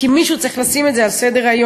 כי מישהו צריך לשים את זה על סדר-היום.